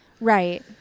Right